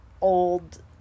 old